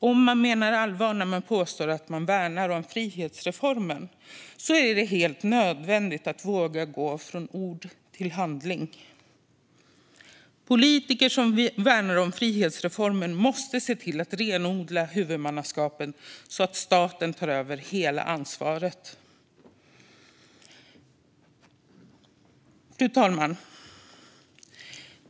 Om man menar allvar när man påstår att man värnar om frihetsreformen är det helt nödvändigt att våga gå från ord till handling, anser vi i Vänsterpartiet. Politiker som värnar om frihetsreformen måste se till att renodla huvudmannaskapet, så att staten tar över hela ansvaret. Fru talman!